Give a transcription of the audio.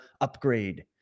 upgrade